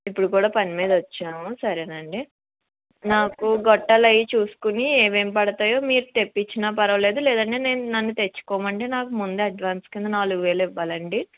ఇప్పుడు కూడా పనిమీద వచ్చాము సరేనండి నాకు గొట్టాలవి చూసుకొని ఏం ఏం పడాతాయో మీరు తెప్పిచ్చినా పరవాలేదు లేదంటే నేను నన్ను తెచ్చుకోమంటే నాకు ముందు అడ్వాన్స్ కింద నాలుగువేలు ఇవ్వాలండి